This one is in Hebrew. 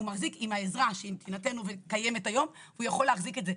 עם העזרה שקיימת היום הוא יכול להחזיק את זה.